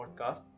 podcast